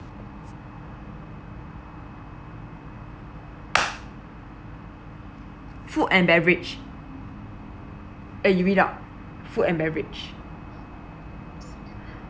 food and beverage eh you read out food and beverage